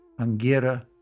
Angira